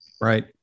right